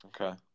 Okay